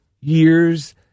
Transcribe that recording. years